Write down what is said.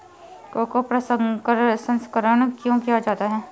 Cocoa प्रसंस्करण क्यों किया जाता है?